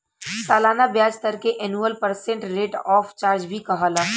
सलाना ब्याज दर के annual percent rate of charge भी कहाला